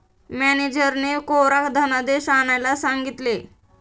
मॅनेजरने कोरा धनादेश आणायला सांगितले